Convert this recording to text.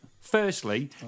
firstly